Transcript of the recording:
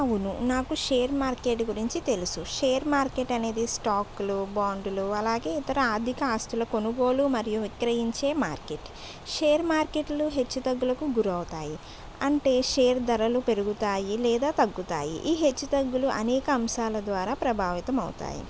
అవును నాకు share market గురించి తెలుసు షేర్ మార్కెట్అ నేది స్టాక్లు బాండ్లు అలాగే ఇతర అధిక ఆస్తుల కొనుగోలు మరియు విక్రయించే మార్కెట్ షేర్ మార్కెట్లు హెచ్చు తగ్గులకు గురవుతాయి అంటే షేర్ ధరలు పెరుగుతాయి లేదా తగ్గుతాయి ఈ హెచ్చు తగ్గులు అనేక అంశాల ద్వారా ప్రభావితం అవుతాయి